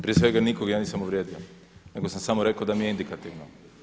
Prije svega nikog ja nisam uvrijedio nego sam samo rekao da mi je indikativno.